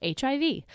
HIV